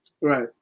Right